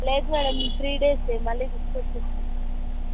లేదు madam three days మళ్ళీ తీసుకి వచ్చేస్తాం మ్యాడమ్